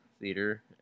Theater